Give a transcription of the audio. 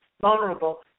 vulnerable